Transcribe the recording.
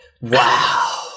Wow